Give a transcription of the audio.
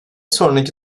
sonraki